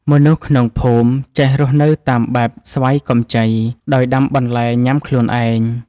មនុស្សក្នុងភូមិចេះរស់នៅតាមបែប "ស្វ័យកម្ចី" ដោយដាំបន្លែញ៉ាំខ្លួនឯង។